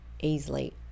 easily